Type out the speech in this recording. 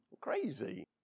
Crazy